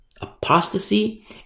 Apostasy